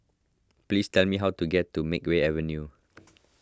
please tell me how to get to Makeway Avenue